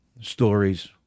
stories